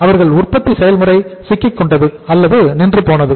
அவர்கள் உற்பத்தி செயல்முறை சிக்கிக்கொண்டது அல்லது நின்றுபோனது